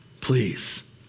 Please